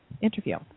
interview